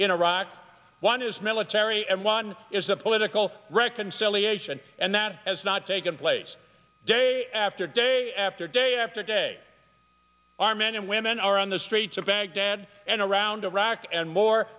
in iraq one is military and one is a political reconciliation and that has not taken place day after day after day after day our men and women are on the streets of baghdad and around iraq and more